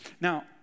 Now